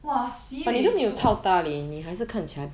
!wah! sibeh zhua